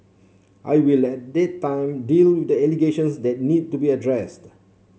I will at that time deal with the allegations that need to be addressed